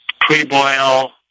pre-boil